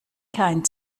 kein